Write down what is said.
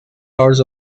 hours